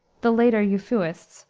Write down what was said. the later euphuists,